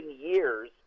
years